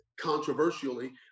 controversially